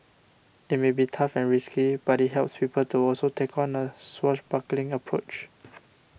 it may be tough and risky but it helps people to also take on a swashbuckling approach